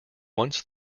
once